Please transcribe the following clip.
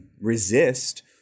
resist